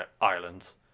islands